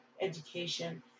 education